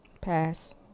pass